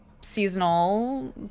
seasonal